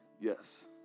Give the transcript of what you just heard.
yes